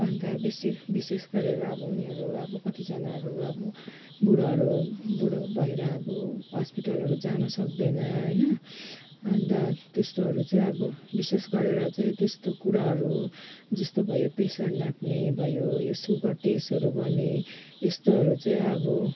अन्त बेसी विशेष गरेर उनिहरू अब कतिजनाहरू अब बुढोहरू बुढो भएर अब हस्पिटलहरू जान सक्दैन होइन अन्त त्यस्तोहरू चाहिँ अब विशेष गरेर चाहिँ त्यस्तो कुराहरू जस्तो भयो प्रेसर नाप्ने भयो यो सुगर टेस्टहरू गर्ने यस्तोहरू चाहिँ अब